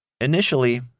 Initially